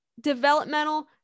developmental